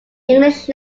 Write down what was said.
english